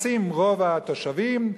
ואז מתכנסים רוב התושבים,